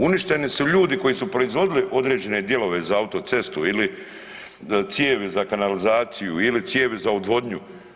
Uništeni su ljudi koji su proizvodili određene dijelove za autocestu ili cijevi za kanalizaciju ili cijevi ili cijevi za odvodnju.